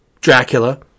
Dracula